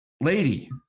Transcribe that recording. Lady